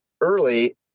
early